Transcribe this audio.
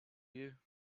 you